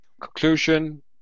conclusion